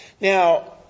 Now